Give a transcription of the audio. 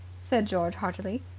said george heartily.